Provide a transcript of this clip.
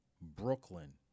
Brooklyn